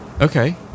Okay